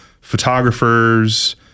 photographers